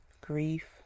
grief